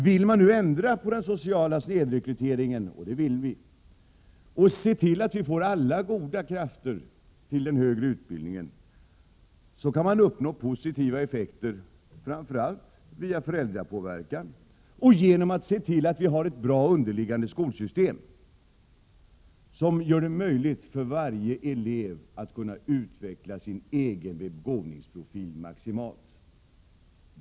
Vill man ändra på den sociala snedrekryteringen — och det vill vi — och se till att vi får alla goda krafter till den högre utbildningen, kan man uppnå positiva effekter framför allt via föräldrapåverkan och genom att se till att vi har ett bra underliggande skolsystem som gör det möjligt för varje elev att utveckla sin egen begåvningsprofil maximalt.